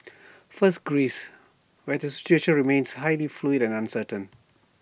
first Greece where the situation remains highly fluid and uncertain